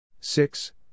six